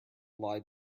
lied